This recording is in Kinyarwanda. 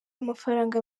amafaranga